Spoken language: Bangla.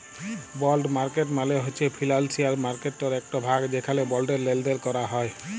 বল্ড মার্কেট মালে হছে ফিলালসিয়াল মার্কেটটর একট ভাগ যেখালে বল্ডের লেলদেল ক্যরা হ্যয়